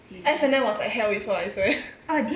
F&N was like hell with her I swear